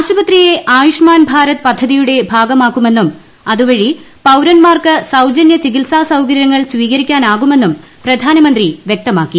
ആശുപത്രിയെ ആയുഷ്മാൻ ഭാരത് പദ്ധതിയുടെ ഭാഗമാക്കുമെന്നും അതുവഴി പൌരന്മാർക്ക് സൌജന്യ ചികിത്സാ സൌകര്യങ്ങൾ സ്വീകരിക്കാനാകുമെന്നും പ്രധാനമന്ത്രി വൃക്തമാക്കി